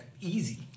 easy